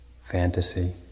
fantasy